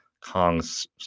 Kong's